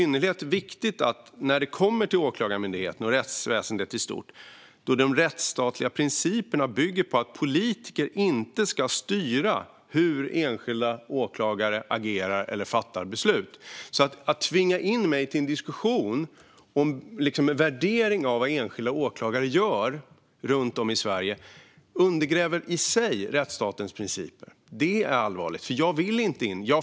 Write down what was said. När det gäller Åklagarmyndigheten och rättsväsendet i stort bygger de rättsstatliga principerna på att politiker inte ska styra hur enskilda åklagare agerar eller fattar beslut. Att tvinga mig till en diskussion och en värdering av vad enskilda åklagare gör runt om i Sverige undergräver i sig rättsstatens principer. Det är allvarligt, för jag vill inte gripa in i detta.